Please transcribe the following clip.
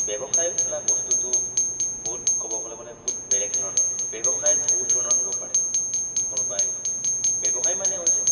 ব্যৱসায় বোলা বস্তুটো বহুত ক'ব গ'লে মানে বহুত বেলেগ ধৰণৰ ব্যৱসায় বহুত ধৰণৰ হ'ব পাৰে কোনোবাই ব্যৱসায় মানে হৈছে